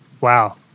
Wow